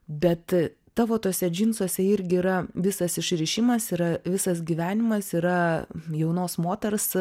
bet tavo tuose džinsuose irgi yra visas išrišimas yra visas gyvenimas yra jaunos moters